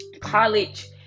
college